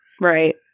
Right